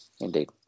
indeed